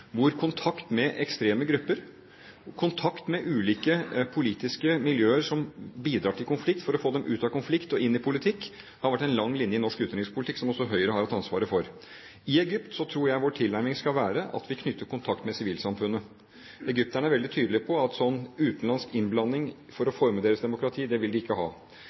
hvor kontakt med ekstreme grupper og kontakt med ulike politiske miljøer som bidrar til konflikt – for å få dem ut av konflikt og inn i politikk – har vært en lang linje i norsk utenrikspolitikk, som også Høyre har hatt ansvaret for. I Egypt tror jeg vår tilnærming skal være at vi knytter kontakt med sivilsamfunnet. Egypterne er veldig tydelige på at utenlandsk innblanding for å forme deres demokrati vil de ikke ha.